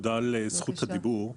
תודה על זכות הדיבור.